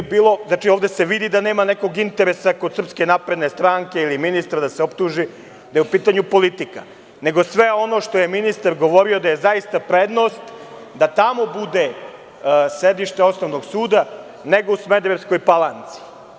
Ovde se vidi da nema nekog interesa kod SNS ili ministra da se optuži da je u pitanju politika, nego sve ono što je ministar govorio da je zaista prednost da tamo bude sedište osnovnog suda, nego u Smederevskoj Palanci.